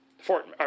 Fort